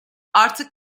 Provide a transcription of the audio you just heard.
artık